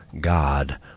God